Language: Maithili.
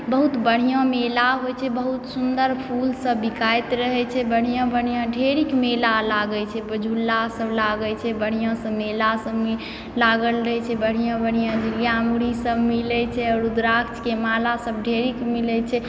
बहुत बढिऑं मेला होइ छै बहुत सुन्दर फूल सब बिकायत रहै छै बढिऑं बढ़िऑं ढेरिक मेला लागै छै झूला सब लागै छै बढ़िऑं सऽ मेला सबमे लागल रहै छै बढ़िऑं बढ़िऑं झिलिया मुरही सब मिलै छै रुद्राक्ष के माला सब ढेरिक मिलै छै